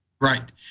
Right